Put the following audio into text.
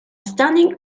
standing